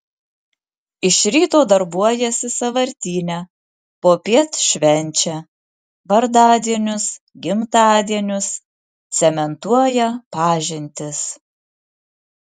iš ryto darbuojasi sąvartyne popiet švenčia vardadienius gimtadienius cementuoja pažintis